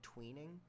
tweening